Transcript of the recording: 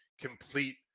complete